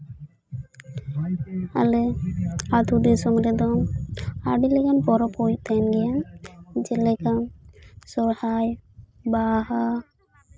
ᱟᱞᱮ ᱟᱹᱛᱩ ᱫᱤᱥᱚᱢ ᱨᱮᱫᱚ ᱟᱹᱰᱤ ᱞᱮᱠᱟᱱ ᱯᱚᱨᱚᱵᱽ ᱠᱚ ᱛᱟᱦᱮᱸᱱ ᱜᱮᱭᱟ ᱡᱮᱞᱮᱠᱟ ᱥᱚᱦᱨᱟᱭ ᱵᱟᱦᱟ